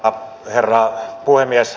arvoisa herra puhemies